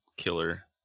killer